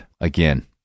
again